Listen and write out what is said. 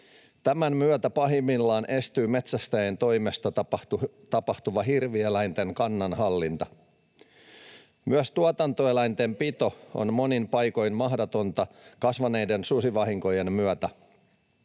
Tämän myötä pahimmillaan estyy metsästäjien toimesta tapahtuva hirvieläinten kannanhallinta. Myös tuotantoeläinten pito on monin paikoin mahdotonta kasvaneiden susivahinkojen myötä.